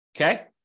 Okay